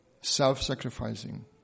self-sacrificing